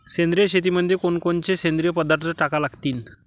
सेंद्रिय शेतीमंदी कोनकोनचे सेंद्रिय पदार्थ टाका लागतीन?